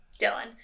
Dylan